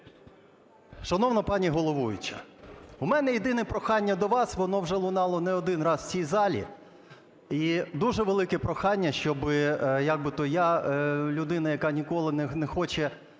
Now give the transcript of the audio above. Шановна пані головуюча, у мене єдине прохання до вас, воно вже лунало не один раз у цій залі, дуже велике прохання, щоб… як би то я людина, яка ніколи не хоче